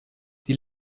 die